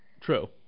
True